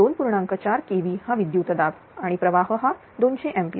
4 kV हा विद्युत दाब आणि प्रवाह हा 200 एंपियर